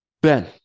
Ben